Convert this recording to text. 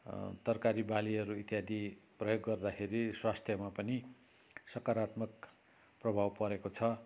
तरकारी बालीहरू इत्यादि प्रयोग गर्दाखेरि स्वास्थ्यमा पनि सकारात्मक प्रभाव परेको छ